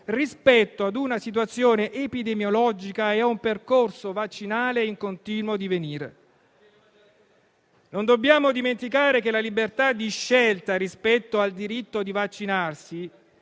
rispetto a una situazione epidemiologica e a un percorso vaccinale in continuo divenire. Non dobbiamo dimenticare che la libertà di scelta rispetto al diritto di vaccinarsi,